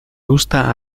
gusta